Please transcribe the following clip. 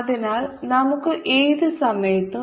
അതിനാൽ നമുക്ക് ഏത് സമയത്തും